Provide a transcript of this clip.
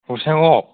हरसाङाव